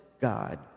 God